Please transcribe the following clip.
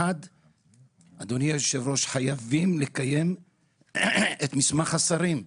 אדוני היושב-ראש, חייבים לקיים את מסמך השרים.